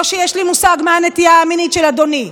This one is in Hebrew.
לא שיש לי מושג מה הנטייה המינית של אדוני,